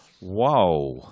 Whoa